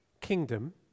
Kingdom